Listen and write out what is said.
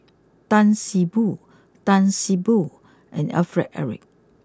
Tan see Boo Tan see Boo and Alfred Eric